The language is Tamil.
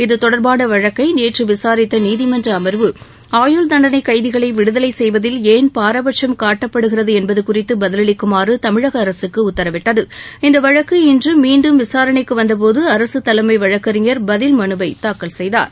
இது தொடர்பான வழக்கை நேற்று விசாரித்த நீதிமன்ற அமர்வு ஆயுள் கைதிகளை விடுதலை செய்வதில் ஏன் பாரபட்சும் காட்டப்படுகிறது என்பது குறித்து பதிலளிக்குமாறு தமிழக அரசுக்கு உத்தரவிட்டது இந்த வழக்கு இன்று மீண்டும் விசாரணைக்கு வந்தபோது அரசு தலைமை வழக்கறிஞர் பதில் மனுவை தாக்கல் செய்தார்